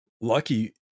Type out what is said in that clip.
lucky